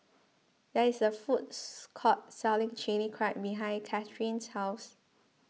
there is a foods court selling Chili Crab behind Cathrine's house